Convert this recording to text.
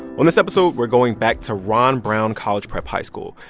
on this episode, we're going back to ron brown college prep high school.